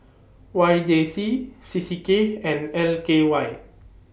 Y J C C C K and L K Y